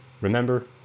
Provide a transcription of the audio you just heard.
Remember